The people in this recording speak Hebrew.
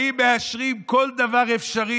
באים ומאשרים כל דבר אפשרי